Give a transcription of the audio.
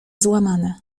złamane